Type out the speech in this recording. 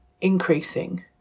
increasing